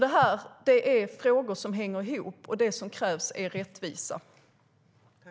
Det här är alltså frågor som hänger ihop, och det som krävs är rättvisa.